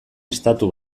estatu